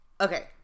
Okay